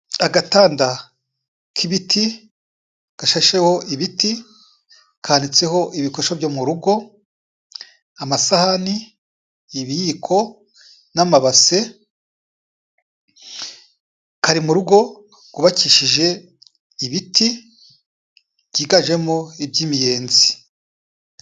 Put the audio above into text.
Agatanda k'ibiti, gashasheho ibiti, kanitseho ibikoresho byo mu rugo, amasahani, ibiyiko n'amabase, kari mu rugo rwubakishije ibiti byiganjemo iby'imiyenzi.